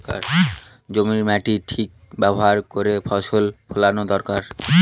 জমির মাটির ঠিক ব্যবহার করে ফসল ফলানো দরকার